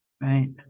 right